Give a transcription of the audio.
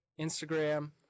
Instagram